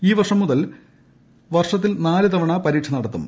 ഈ വർഷം മുതൽ വർഷത്തിൽ നാല് തവണ പരീക്ഷ നടത്തും